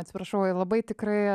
atsiprašau labai tikrai